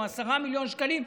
או 10 מיליון שקלים,